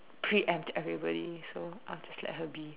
preempt everybody so I'll just let her be